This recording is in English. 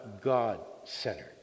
God-centered